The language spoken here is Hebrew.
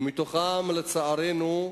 ומתוכם, לצערנו,